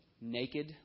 naked